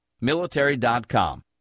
Military.com